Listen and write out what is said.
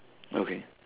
okay